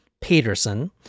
Peterson